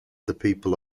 people